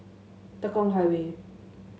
Tekong Highway